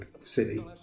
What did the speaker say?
city